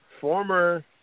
former